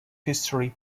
history